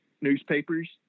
newspapers